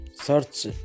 search